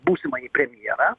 būsimąjį premjerą